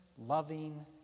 loving